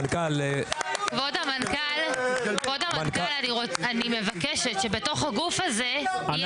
כבוד המנכ"ל אני מבקשת שבתוך הגוף הזה יהיה נציג